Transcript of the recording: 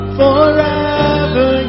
forever